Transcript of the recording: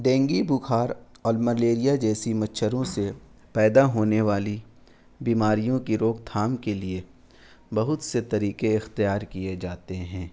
dengue بخار اور malaria جیسی مچھروں سے پیدا ہونے والی بیماریوں کی روک تھام کے لیے بہت سے طریقے اختیار کیے جاتے ہیں